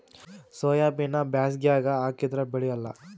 ಸೋಯಾಬಿನ ಬ್ಯಾಸಗ್ಯಾಗ ಹಾಕದರ ಬೆಳಿಯಲ್ಲಾ?